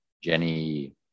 Jenny